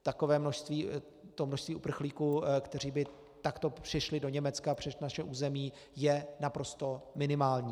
Takové množství, to množství uprchlíků, kteří by takto přišli do Německa přes naše území, je naprosto minimální.